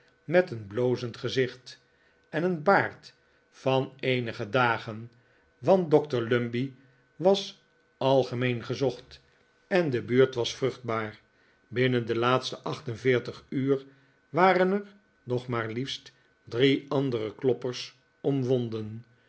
met een blozend gezicht en een baard van eenige dagen want dokter lumbey was algemeen gezocht en de buurt was vruchtbaar binnen de laatste acht en veertig uur waren er nog maar liefst drie andere kloppers omwonden